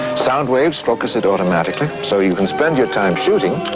sound waves focus it automatically, so you can spend your time shooting